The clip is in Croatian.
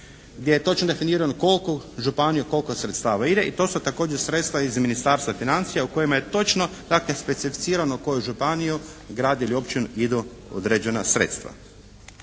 gdje je točno definirano koliko u županiju koliko sredstava ide i to su također sredstva iz Ministarstva financija u kojima je točno dakle specificirano u koju županiju, grad ili općinu idu određena sredstva.